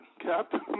Captain